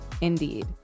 Indeed